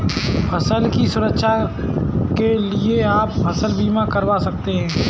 फसल की सुरक्षा के लिए आप फसल बीमा करवा सकते है